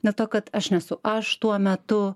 dėl to kad aš nesu aš tuo metu